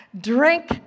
drink